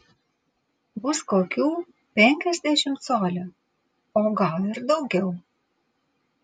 bus kokių penkiasdešimt colių o gal ir daugiau